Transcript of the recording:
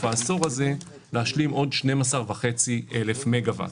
העשור הזה להשלים עוד 12,500 מגה-ואט.